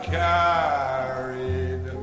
carried